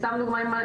סתם דוגמה,